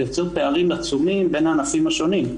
זה יוצר פערים עצומים בין ענפים השונים.